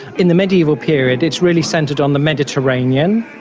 in the mediaeval period it's really centred on the mediterranean.